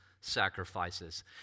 sacrifices